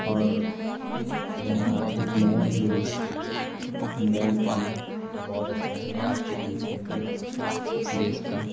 और रहा एक मोर भी होना चाहिए मोर पालना बहुत अच्छा है राष्ट्रीय पक्षी है अपने देश का